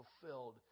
fulfilled